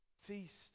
feast